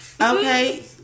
Okay